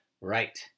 Right